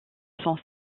son